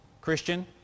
Christian